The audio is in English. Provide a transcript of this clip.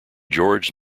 george